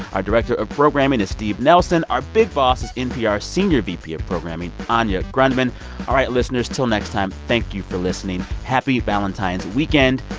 our director of programming is steve nelson. our big boss is npr senior vp of programming anya grundmann all right, listeners. till next time, thank you for listening. happy valentine's weekend.